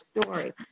story